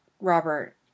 Robert